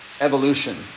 evolution